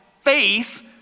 faith